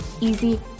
easy